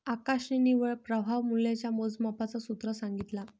आकाशने निव्वळ प्रवाह मूल्याच्या मोजमापाच सूत्र सांगितला